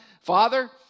Father